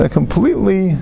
completely